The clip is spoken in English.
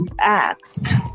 asked